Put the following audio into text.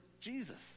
Jesus